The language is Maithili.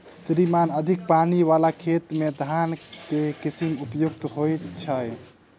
श्रीमान अधिक पानि वला खेत मे केँ धान केँ किसिम उपयुक्त छैय?